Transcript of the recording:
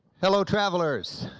hello travelers.